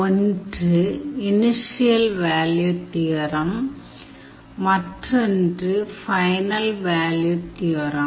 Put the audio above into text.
ஒன்று initial value theorem மற்றொன்று final value theorem